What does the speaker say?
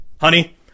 Honey